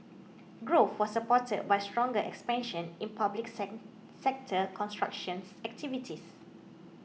growth was supported by stronger expansion in public sector constructions activities